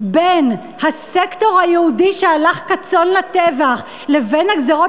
בין הסקטור היהודי שהלך כצאן לטבח לבין הגזירות